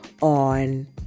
on